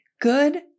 Good